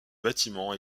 bâtiment